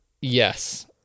Yes